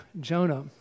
Jonah